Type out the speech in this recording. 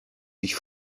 ich